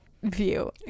view